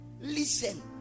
Listen